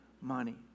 money